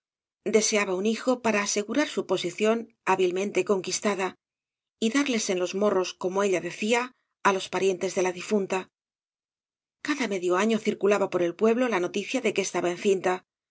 deseaba un hijo para asegurar su posición hábilmente conquistada y darles en los morros como ella decía á los parientes de la difunta cada me dio año circulaba por el pueblo la noticia de que estaba encinta